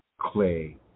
clay